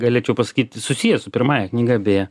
galėčiau pasakyti susijęs su pirmąja knyga beje